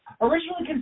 Originally